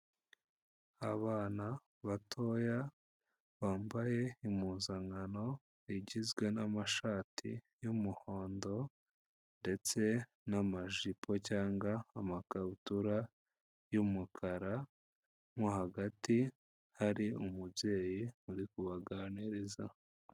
Abana batoya, bambaye impuzankano igizwe n'amashati y'umuhondo ndetse n'amajipo cyangwa amakabutura y'umukara mo hagati hari umubyeyi, uri kubaganiriza.